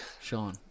Sean